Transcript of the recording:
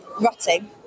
rotting